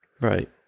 Right